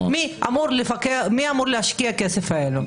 מי אמור להשקיע את הכסף הזה?